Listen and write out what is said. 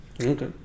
Okay